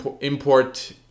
import